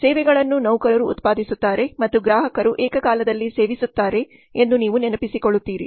ಸೇವೆಗಳನ್ನು ನೌಕರರು ಉತ್ಪಾದಿಸುತ್ತಾರೆ ಮತ್ತು ಗ್ರಾಹಕರು ಏಕಕಾಲದಲ್ಲಿ ಸೇವಿಸುತ್ತಾರೆ ಎಂದು ನೀವು ನೆನಪಿಸಿಕೊಳ್ಳುತ್ತೀರಿ